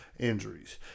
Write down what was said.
injuries